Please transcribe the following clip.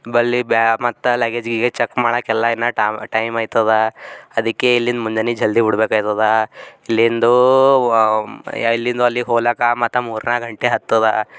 ಬಲ್ಲಿಬ್ಯಾ ಮತ್ತು ಲಗೇಜ್ ಗಿಗೇಜ್ ಚೆಕ್ ಮಾಡೋಕ್ಕೆಲ್ಲ ಇನ್ನೂ ಟಮ್ ಟೈಮ್ ಆಯ್ತದಾ ಅದಕ್ಕೆ ಇಲ್ಲಿಂದ ಮುಂಜಾನೆ ಜಲ್ದಿ ಬಿಡ್ಬೇಕಾಯ್ತದ ಇಲ್ಲಿಂದೂ ಇಲ್ಲಿಂದೂ ಅಲ್ಲಿ ಹೋಗ್ಲಿಕ್ಕೆ ಮತ್ತೆ ಮೂರು ನಾಲ್ಕು ಗಂಟೆ ಹತ್ತದ